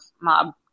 mob